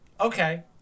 okay